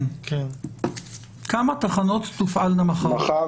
כמה תחנות יופעלו מחר?